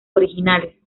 originales